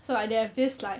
so like they have this like